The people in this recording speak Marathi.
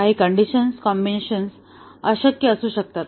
काही कंडिशन्स कॉम्बिनेशन्स अशक्य असू शकतात